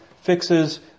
Fixes